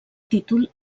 títol